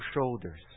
shoulders